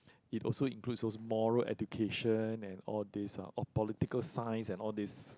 it also includes those moral education and all these ah or political sciences and all these